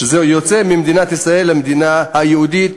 זה יוצא ממדינת ישראל למדינה הייעודית,